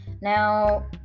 Now